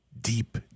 deep